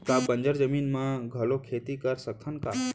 का बंजर जमीन म घलो खेती कर सकथन का?